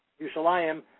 yushalayim